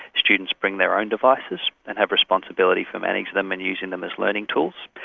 students bring their own devices and have responsibility for managing them and using them as learning tools.